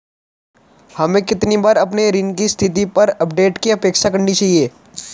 हमें कितनी बार अपने ऋण की स्थिति पर अपडेट की अपेक्षा करनी चाहिए?